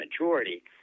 majority